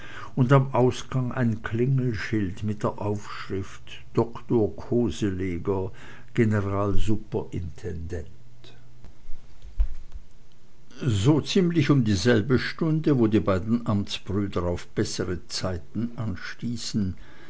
und am ausgang ein klingelschild mit der aufschrift dr koseleger generalsuperintendent so ziemlich um dieselbe stunde wo die beiden amtsbrüder auf bessere zeiten anstießen